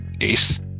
ace